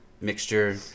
mixture